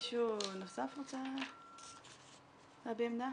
מישהו נוסף רוצה להביע עמדה?